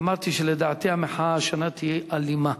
אמרתי שלדעתי המחאה השנה תהיה אלימה,